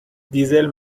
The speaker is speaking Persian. دیزل